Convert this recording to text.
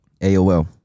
AOL